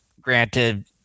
Granted